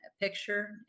picture